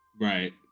right